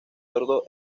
eduardo